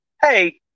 Hey